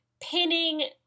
pinning